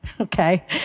Okay